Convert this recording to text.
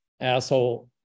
asshole